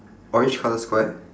orange colour square